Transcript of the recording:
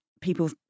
people